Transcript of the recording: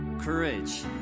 Courage